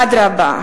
אדרבה,